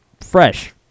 fresh